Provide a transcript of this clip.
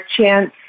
chance